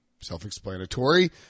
self-explanatory